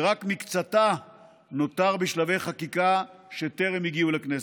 ורק מקצתה נותר בשלבי חקיקה שטרם הגיעו לכנסת.